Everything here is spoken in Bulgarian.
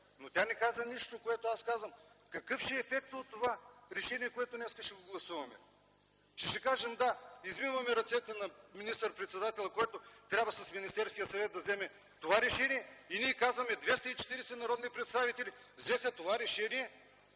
но тя не каза нищо, което аз казвам: какъв ще е ефектът от това решение, което днес ще го гласуваме? Ще кажем да, извиваме ръцете на министър-председателя, който трябва с Министерския съвет да вземе това решение, и ние казваме: 240 народни представители взеха това решение,